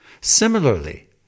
Similarly